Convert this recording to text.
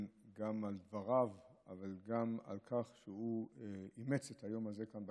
גם על דבריו אבל גם על כך שהוא אימץ את היום הזה כאן,